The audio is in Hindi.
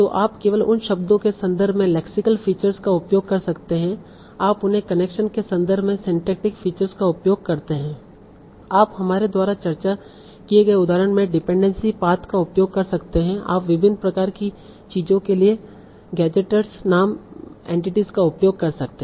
तो आप केवल उन शब्दों के संदर्भ में लेक्सिकल फीचर्स का उपयोग कर सकते हैं आप उनके कनेक्शन के संदर्भ में सिंटैक्टिक फीचर्स का उपयोग करते हैं आप हमारे द्वारा चर्चा किए गए उदाहरण में डिपेंडेंसी पाथ का उपयोग कर सकते हैं आप विभिन्न प्रकार की चीज़ों के लिए गैज़ेटर्स नाम एंटिटीस का उपयोग कर सकते हैं